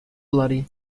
bloody